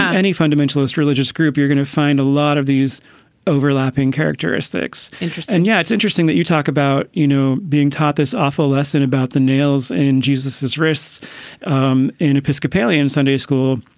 any fundamentalist religious group, you're going to find a lot of these overlapping characteristics. interesting. yeah, it's interesting that you talk about, you know, being taught this awful lesson about the nails in jesus's wrists um and episcopalian sunday school.